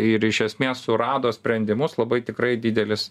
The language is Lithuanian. ir iš esmės surado sprendimus labai tikrai didelis